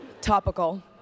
topical